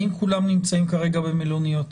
האם כולם נמצאים כרגע במלוניות?